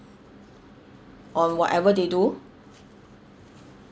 on whatever they do